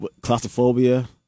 claustrophobia